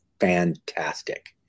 fantastic